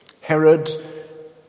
Herod